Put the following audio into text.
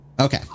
Okay